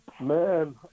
Man